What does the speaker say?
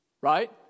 Right